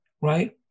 right